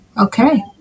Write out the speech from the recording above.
okay